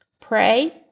Pray